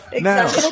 now